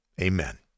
Amen